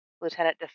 Lieutenant